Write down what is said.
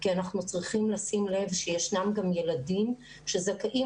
כי אנחנו צריכים לשים לב שישנם גם ילדים שזכאים